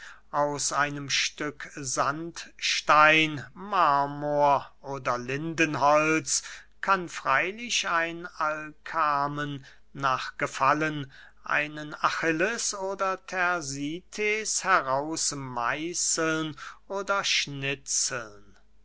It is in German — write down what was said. aus einem stück sandstein marmor oder lindenholz kann freylich ein alkamen nach gefallen einen achilles oder thersites herausmeißeln oder schnitzeln